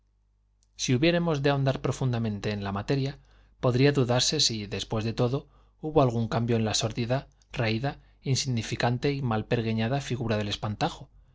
si hubiéremos de ahondar profundamente en la materia podría dudarse si después de todo hubo algún cambio en la sórdida raída insignificante y mal pergeñada figura del espantajo